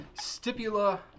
Stipula